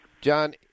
John